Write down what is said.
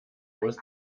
muss